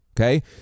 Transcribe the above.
Okay